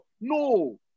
No